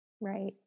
Right